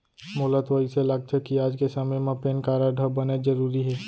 मोला तो अइसे लागथे कि आज के समे म पेन कारड ह बनेच जरूरी हे